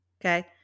okay